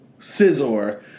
Scizor